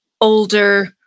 older